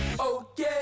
okay